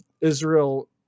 Israel